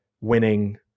winning